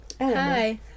Hi